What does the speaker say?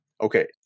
Okay